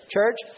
Church